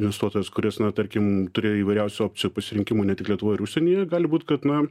investuotojas kuris na tarkim turėjo įvairiausių opcijų pasirinkimų ne tik lietuvoj ir užsienyje gali būti kad na